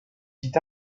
sites